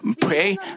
pray